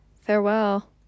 Farewell